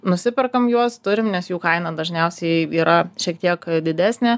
nusiperkam juos turim nes jų kaina dažniausiai yra šiek tiek didesnė